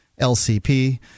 LCP